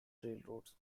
railroads